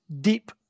deep